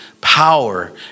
power